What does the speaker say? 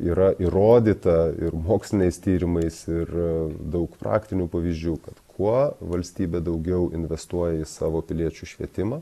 yra įrodyta ir moksliniais tyrimais ir daug praktinių pavyzdžių kad kuo valstybė daugiau investuoja į savo piliečių švietimą